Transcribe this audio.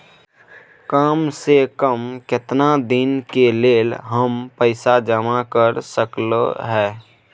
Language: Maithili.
काम से कम केतना दिन के लेल हम पैसा जमा कर सकलौं हैं?